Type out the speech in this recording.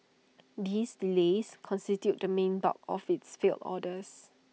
these delays constituted the main bulk of its failed orders